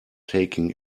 taking